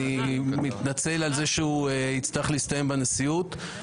אני מתנצל על זה שהוא יצטרך להסתיים עקב הדיון בנשיאות.